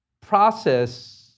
process